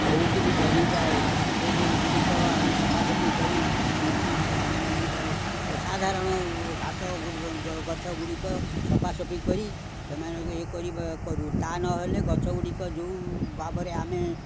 ବହୁତ ବି ଜମିଯାଏ ସେ ଯେଉଁ ଗୁଡ଼ିକ ଆମେ ସଫାସଫି କରି କିଛି ମାନେ ଅସାଧାରଣ ଘାସ ଗଛ ଗୁଡ଼ିକ ସଫାସଫି କରି ସେମାନଙ୍କୁ ଇଏ କରିବା କରୁ ତା ନହେଲେ ଗଛ ଗୁଡ଼ିକ ଯେଉଁ ଭାବରେ ଆମେ